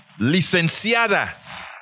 licenciada